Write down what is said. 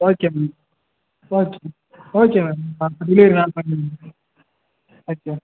okay ma'am okay okay ma'am delivery நான் பண்ணிடுறேன் okay